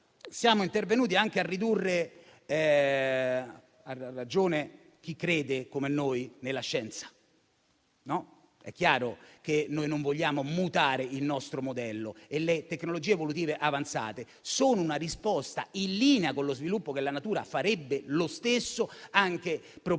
boschivo e forestale. Ha ragione chi crede come noi nella scienza. È chiaro che noi non vogliamo mutare il nostro modello e le tecnologie evolutive avanzate sono una risposta in linea con lo sviluppo che la natura farebbe, anche probabilmente